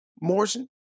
Morrison